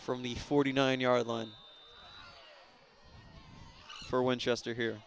from the forty nine yard line for winchester here